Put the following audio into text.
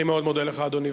אני מאוד מודה לך, אדוני.